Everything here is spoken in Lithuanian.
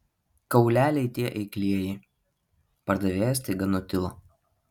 kauleliai tie eiklieji pardavėjas staiga nutilo